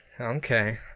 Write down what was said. Okay